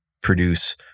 produce